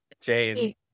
jane